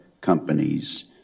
companies